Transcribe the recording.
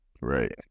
Right